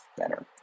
better